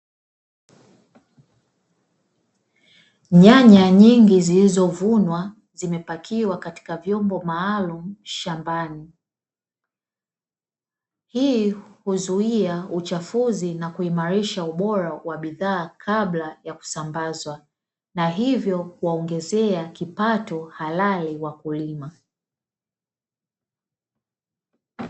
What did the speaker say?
Nyanya nyingi zilizovunwa zimepakiwa katika vyombo maalumu shambani. Hii huzuia uchafuzi na kuimarisha ubora wa bidhaa kabla ya kusambazwa na hivyo kuwaongezea kipato halali wakulima.